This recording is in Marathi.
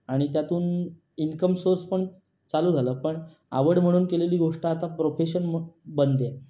आणि त्यातून इन्कम सोर्स पण चालू झालं पण आवड म्हणून केलेली गोष्ट आता प्रोफेशन म् बनते आहे